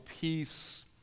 Peace